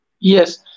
yes